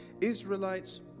Israelites